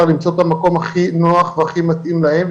למצוא את המקום הכי נוח והכי מתאים להם,